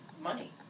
money